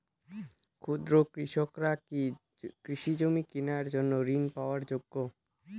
ক্ষুদ্র কৃষকরা কি কৃষিজমি কিনার জন্য ঋণ পাওয়ার যোগ্য?